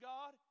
God